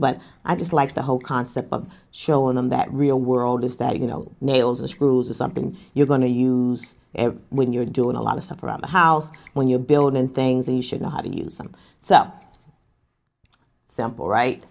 but i just like the whole concept of showing them that real world is that you know nails or screws or something you're going to use when you're doing a lot of stuff around the house when you're building things he should know how to use them so simple right